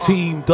Team